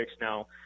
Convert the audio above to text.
now